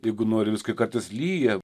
jeigu nori viską kartais lyja